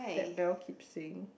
that Bel keep saying